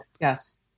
yes